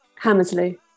Hammersley